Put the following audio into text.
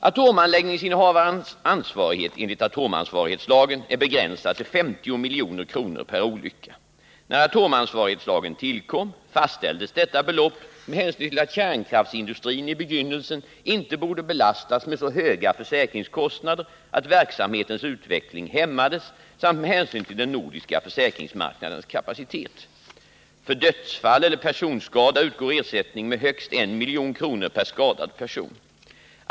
Atomanläggningsinnehavarens ansvarighet enligt atomansvarighetslagen är begränsad till 50 milj.kr. per olycka. När atomansvarighetslagen tillkom, fastställdes detta belopp med hänsyn till att kärnkraftsindustrin i begynnelsen inte borde belastas med så höga försäkringskostnader att verksamhetens utveckling hämmades samt med hänsyn till den nordiska försäkringsmarknadens kapacitet. För dödsfall eller personskada utgår ersättning med högst I milj.kr. per skadad person.